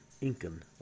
Incan